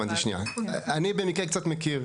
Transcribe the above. אני במקרה קצת מכיר,